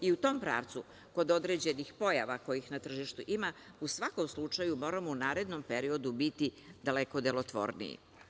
U tom pravcu, kod određenih pojava kojih na tržištu ima u svakom slučaju moramo u narednom periodu biti daleko delotvorniji.